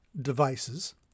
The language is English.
devices